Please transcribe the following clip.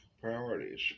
priorities